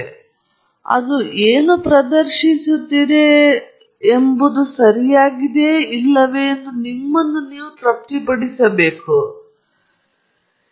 ಆದ್ದರಿಂದ ಅದು ಏನು ಪ್ರದರ್ಶಿಸುತ್ತಿದೆಯೆಂದರೆ ಸರಿಯಾಗಿದೆಯೇ ಎಂದು ನೀವು ನಿಮ್ಮನ್ನು ತೃಪ್ತಿಪಡಿಸಬೇಕು ಇದು ನಿಮ್ಮ ಭಾವನೆ ಅಥವಾ ನಿಮ್ಮ ಮಾದರಿ ಸರಿಯಾಗಿರುವ ಸ್ಥಳದಲ್ಲಿರಬೇಕು ಎಂದು ನೀವು ಭಾವಿಸುವಿರಿ